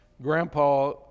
grandpa